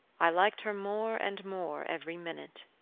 i liked her more and more every minute.